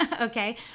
Okay